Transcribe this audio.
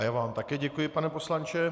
Já vám také děkuji, pane poslanče.